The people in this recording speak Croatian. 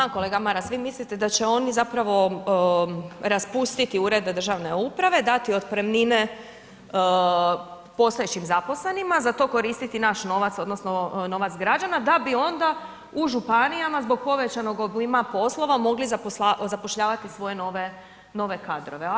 Aha, kolega Maras vi mislite da će oni zapravo raspustiti urede državne uprave, dati otpremnine postojećim zaposlenima za to koristiti naš novac odnosno novac građana da bi onda u županijama zbog povećanog obima poslova mogli zapošljavati svoje nove, nove kadrove.